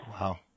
Wow